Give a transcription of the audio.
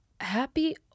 Happy